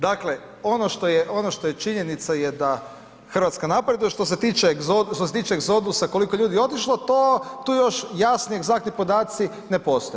Dakle, ono što je činjenica je da Hrvatska napreduje, što se tiče egzodusa koliko ljudi je otišlo to, tu još jasni i egzaktni podaci ne postoje.